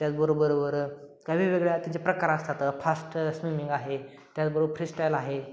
त्याचबरोबरोबर काही वेगवेगळ्या त्यांचे प्रकार असतात फास्ट स्विमिंग आहे त्याचबरोबर फ्रीस्टाईल आहे